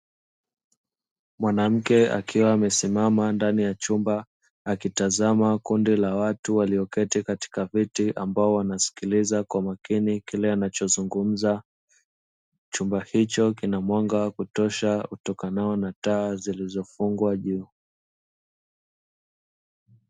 Mwanamke akiwa amesimama ndani ya chumba akitazama kundi la watu walioketi katika viti ambao wanasikiliza kwa makini, kile anachozungumza chumba hicho kina mwanga wa kutosha utokanao na taa zilizofungwa juu.